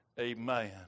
amen